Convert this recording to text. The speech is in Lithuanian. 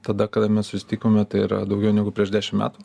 tada kada mes susitikome tai yra daugiau negu prieš dešim metų